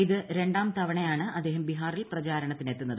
ഇത് രണ്ടാം തവണയാണ് അദ്ദേഹം ബിഹാറിൽ പ്രചരണത്തിനെത്തുന്നത്